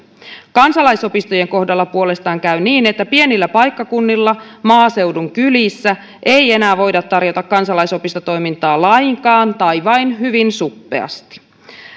kansalaisopistojen kohdalla puolestaan käy niin että pienillä paikkakunnilla maaseudun kylissä ei enää voida tarjota kansalaisopistotoimintaa lainkaan tai vain hyvin suppeasti